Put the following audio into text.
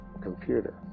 computer